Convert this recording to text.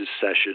session